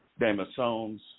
Damasones